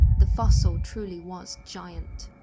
the fossil truly was giant.